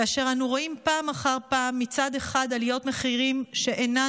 כאשר אנו רואים פעם אחר פעם מצד אחד עליות מחירים שאינן